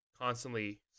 constantly